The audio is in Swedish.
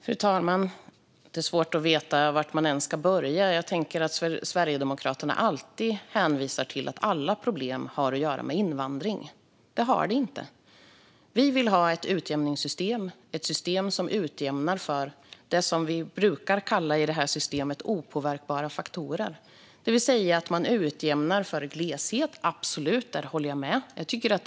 Fru talman! Det är lite svårt att veta var jag ska börja. Sverigedemokraterna hänvisar alltid till att alla problem har att göra med invandring. Det har de inte. Vi vill ha ett utjämningssystem. Det ska vara ett system som utjämnar för det som vi brukar kalla opåverkbara faktorer. Jag håller med om att vi absolut ska utjämna för gleshet.